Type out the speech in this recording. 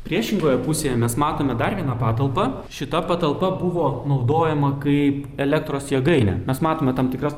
priešingoje pusėje mes matome dar vieną patalpą šita patalpa buvo naudojama kaip elektros jėgainė mes matome tam tikras